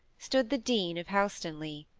stood the dean of helstonleigh,